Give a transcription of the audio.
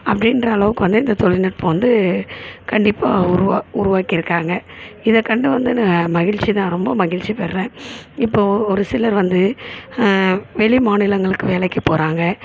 அப்படின்ற அளவுக்கு வந்து இந்த தொழிநுட்பம் வந்து கண்டிப்பாக உருவாக உருவாக்கி இருக்காங்க இதை கண்டு வந்து மகிழ்ச்சி தான் ரொம்ப மகிழ்ச்சி பெறுறேன் இப்போது ஒரு சிலர் வந்து வெளி மாநிலங்களுக்கு வேலைக்கு போகிறாங்க